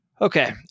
Okay